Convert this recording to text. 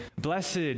Blessed